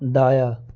دایاں